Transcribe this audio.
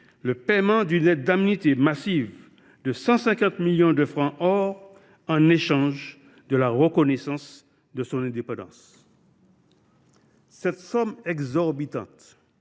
le paiement d’une indemnité massive de 150 millions de francs or en échange de la reconnaissance de son indépendance. Cette somme exorbitante,